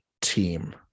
team